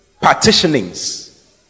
partitionings